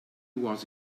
was